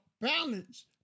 balance